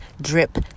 drip